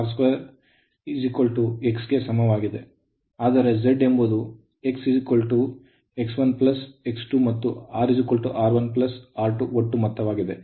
ಆದ್ದರಿಂದ ಇದು √X ಗೆ ಸಮವಾಗಿದೆ ಆದರೆ Z ಎಂಬುದು X X1 X2 ಮತ್ತು R R1 R2 ಒಟ್ಟು ಮೊತ್ತವಾಗಿದೆ